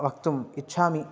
वक्तुम् इच्छामि